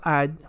add